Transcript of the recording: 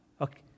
okay